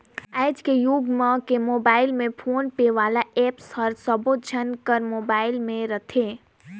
आएज के युवा मन के मुबाइल में फोन पे वाला ऐप हर सबो झन कर मुबाइल में रथे